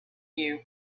view